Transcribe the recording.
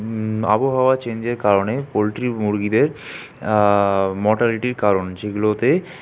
আবহাওয়া চেঞ্জের কারণে পোলট্রি মুরগিদের মর্টালিটির কারণ যেগুলোতে